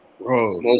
Bro